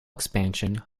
expansion